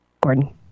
Gordon